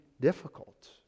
difficult